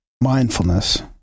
Mindfulness